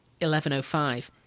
1105